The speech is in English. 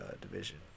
division